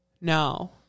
no